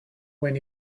when